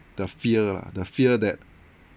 the fear lah the fear that